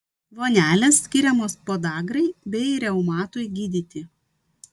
vonelės skiriamos podagrai bei reumatui gydyti